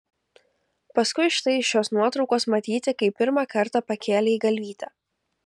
paskui štai iš šios nuotraukos matyti kai pirmą kartą pakėlei galvytę